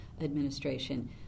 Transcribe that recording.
administration